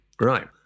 Right